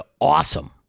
awesome